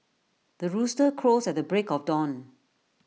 the rooster crows at the break of dawn